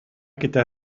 gyda